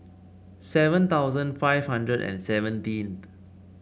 seven thousand five hundred and seventeenth